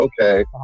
okay